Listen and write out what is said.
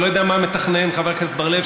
אני לא יודע מה מתכנן חבר הכנסת בר-לב,